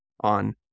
on